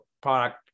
product